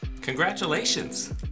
Congratulations